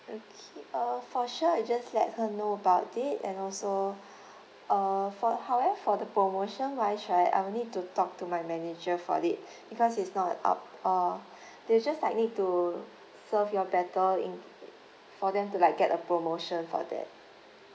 okay uh for sure I'll just let her know about it and also uh for however for the promotion wise right I will need to talk to my manager for it because it's not our uh they'll just likely to serve you all better in for them to like get a promotion for that